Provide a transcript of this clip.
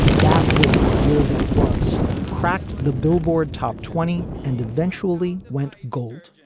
that was the year that was cracked the billboard top twenty and eventually went gold